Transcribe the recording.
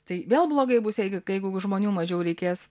tai vėl blogai bus jeigu jeigu žmonių mažiau reikės